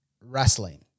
wrestling